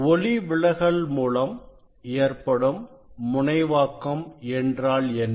ஒளிவிலகல் மூலம் ஏற்படும் முனைவாக்கம் என்றால் என்ன